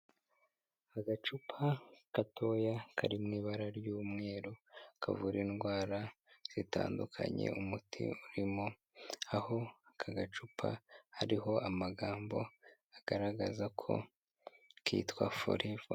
Agacupa gatoya karimwo ibara ry'umweru kavura indwara zitandukanye umuti urimo aho aka gacupa hariho amagambo agaragaza ko kitwa foreva.